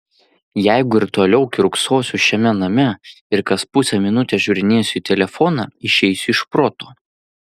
jeigu ir toliau kiurksosiu šiame name ir kas pusę minutės žiūrinėsiu į telefoną išeisiu iš proto